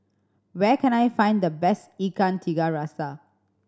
where can I find the best Ikan Tiga Rasa